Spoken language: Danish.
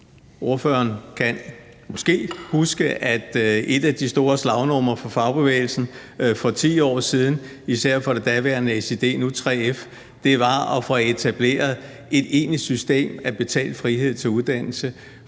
Ordføreren kan måske huske, at et af de store slagnumre fra fagbevægelsen for 10 år siden, især fra det daværende SiD, nu 3F, var at få etableret et egentligt system af betalt frihed til uddannelse,